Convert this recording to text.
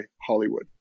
Hollywood